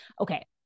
Okay